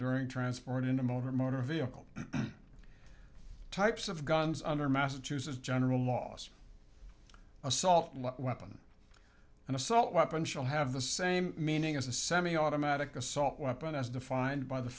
during transport in a motor motor vehicle types of guns under massachusetts general laws assault weapon an assault weapon shall have the same meaning as a semiautomatic assault weapon as defined by the